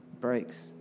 breaks